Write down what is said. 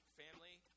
family